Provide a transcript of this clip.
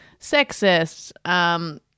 sexist